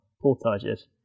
portages